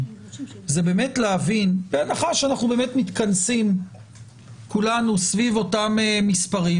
זה באמת להבין בהנחה שאנחנו מתכנסים סביב אותם מספרים,